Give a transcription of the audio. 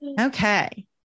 Okay